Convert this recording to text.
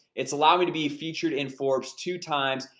it's allowed me to be featured in forbes two times,